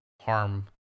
harm